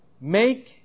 make